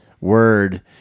word